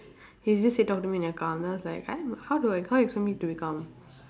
he just said talk to me when you're calm then I was like I am how do I how do you expect me to be calm